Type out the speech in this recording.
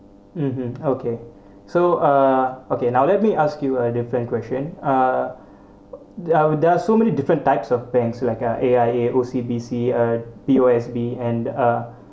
mmhmm okay so uh okay now let me ask you a different question uh there are there are so many different types of banks like a A_I_A O_C_B_C uh P_O_S_B and uh